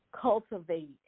cultivate